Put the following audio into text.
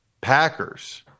Packers